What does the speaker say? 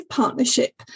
partnership